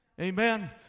Amen